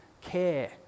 care